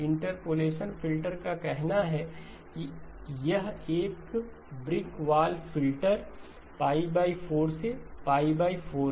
interpolation filter का कहना है कि यह एक ब्रीक वॉल फिल्टर 4 से 4 है